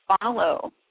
follow